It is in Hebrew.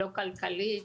לא כלכלית,